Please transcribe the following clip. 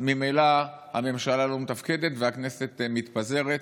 ממילא הממשלה לא מתפקדת והכנסת מתפזרת.